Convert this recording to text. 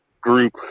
group